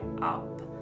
up